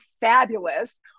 fabulous